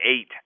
eight